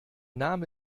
name